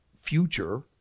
future